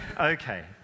Okay